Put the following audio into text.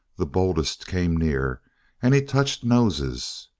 the boldest came near and he touched noses,